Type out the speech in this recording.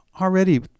already